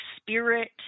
spirit